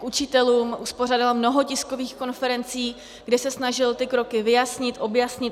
Učitelům uspořádal mnoho tiskových konferencí, kde se snažil ty kroky vyjasnit, objasnit.